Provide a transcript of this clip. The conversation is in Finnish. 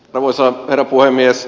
arvoisa herra puhemies